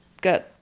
got